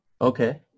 Okay